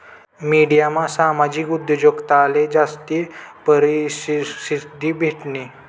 मिडियामा सामाजिक उद्योजकताले जास्ती परशिद्धी भेटनी